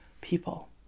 people